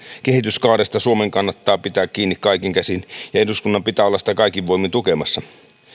kehityskaaresta suomen kannattaa pitää kiinni kaikin käsin ja eduskunnan pitää olla sitä kaikin voimin tukemassa